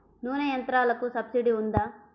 నూనె యంత్రాలకు సబ్సిడీ ఉందా?